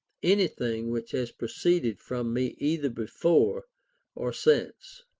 anything which has proceeded from me either before or since.